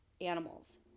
animals